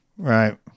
Right